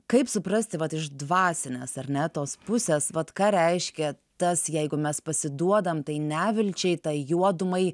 kaip suprasti vat iš dvasinės ar ne tos pusės vat ką reiškia tas jeigu mes pasiduodam nevilčiai tai juodumai